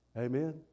Amen